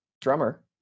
drummer